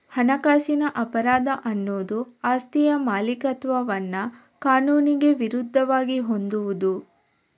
ಹಣಕಾಸಿನ ಅಪರಾಧ ಅನ್ನುದು ಆಸ್ತಿಯ ಮಾಲೀಕತ್ವವನ್ನ ಕಾನೂನಿಗೆ ವಿರುದ್ಧವಾಗಿ ಹೊಂದುವುದು